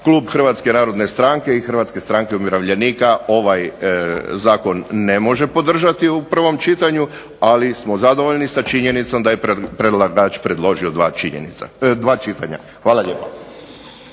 klub Hrvatske narodne stranke i Hrvatske stranke umirovljenika ovaj zakon ne može podržati u prvom čitanju, ali smo zadovoljni sa činjenicom da je predlagač predložio dva čitanja. Hvala lijepa.